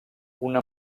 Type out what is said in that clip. una